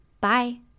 Bye